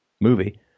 movie